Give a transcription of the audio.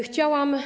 Chciałam.